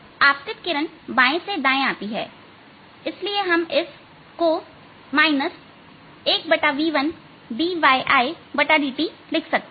आपतित किरण बाएं से दाएं आती हैइसलिए हम इस को 1v1dyIdt लिख सकते हैं